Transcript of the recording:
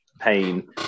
pain